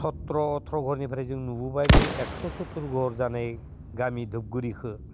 सथ्र' अथ्र' घरनिफ्राय जों नुबोबाय बे एगस' सथ्र' घर जानाय थुबगुरिनिखौ